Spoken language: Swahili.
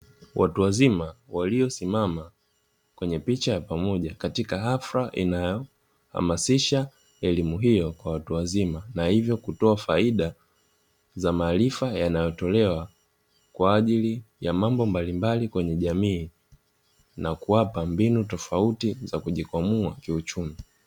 Watu wazima waliosimama katika picha ya pamoja, katika hafla inayohamasisha elimu hiyo kwa watu wazima, na hivyo kutoa faida za maarifa yanayotolewa, kwa ajili ya mambo mbalimbali kwenye jamii na kuwapa mbinu tofauti za kujikwamua kiuchumi.